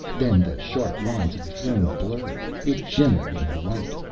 then the sharp lines of the throne blurred it shimmered in the light.